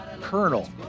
Colonel